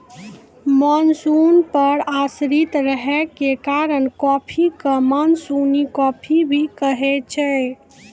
monsoon पर आश्रित रहै के कारण कॉफी कॅ मानसूनी कॉफी भी कहै छै